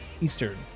Eastern